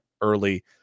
early